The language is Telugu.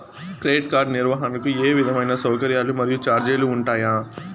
క్రెడిట్ కార్డు నిర్వహణకు ఏ విధమైన సౌకర్యాలు మరియు చార్జీలు ఉంటాయా?